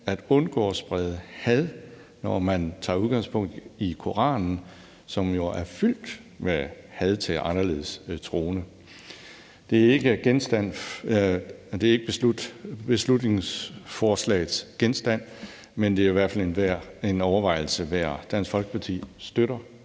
at undgå at sprede had, når man tager udgangspunkt i Koranen, som jo er fyldt med had til anderledes troende. Det er ikke beslutningsforslagets genstand, men det er i hvert fald en overvejelse værd. Dansk Folkeparti støtter